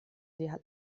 die